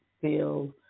feel